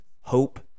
hope